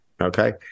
Okay